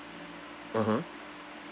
(uh huh)